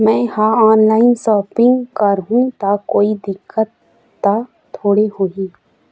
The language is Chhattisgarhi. मैं हर ऑनलाइन शॉपिंग करू ता कोई दिक्कत त थोड़ी होही?